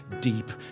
deep